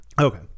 Okay